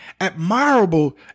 admirable